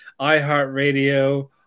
iHeartRadio